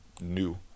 new